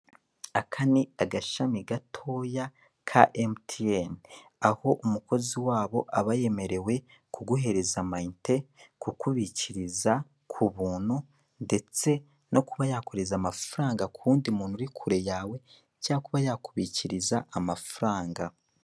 Aka ni agashami gatoya ka emutiyene. Aho umukozi wabo aba yemerewe kuguhereza amayinite, kukubikiriza ku buntu, ndetse no kuba yakohereza amafaranga ku wundi muntu uri kure yawe, cya kuba yakubikiriza amafaranga.